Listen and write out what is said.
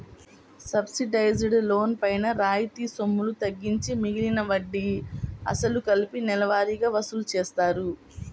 subsidised loan పైన రాయితీ సొమ్ములు తగ్గించి మిగిలిన వడ్డీ, అసలు కలిపి నెలవారీగా వసూలు చేస్తారు